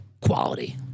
quality